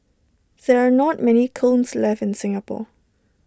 there are not many kilns left in Singapore